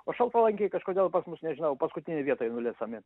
o šaltalankiai kažkodėl pas mus nežinau paskutinėj vietoj nulesami